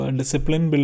discipline